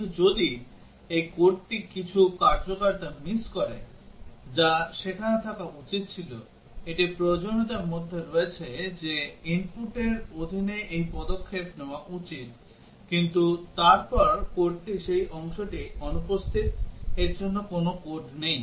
কিন্তু যদি কোডটি কিছু কার্যকারিতা মিস করে যা সেখানে থাকা উচিত ছিল এটি প্রয়োজনীয়তার মধ্যে রয়েছে যে এই inputর অধীনে এই পদক্ষেপ নেওয়া উচিত কিন্তু তারপর কোডটিতে সেই অংশটি অনুপস্থিত এর জন্য কোন কোড নেই